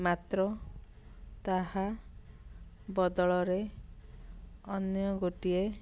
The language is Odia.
ମାତ୍ର ତାହା ବଦଳରେ ଅନ୍ୟ ଗୋଟିଏ